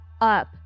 up